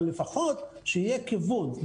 אבל לפחות שיהיה כיוון.